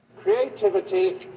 Creativity